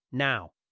Now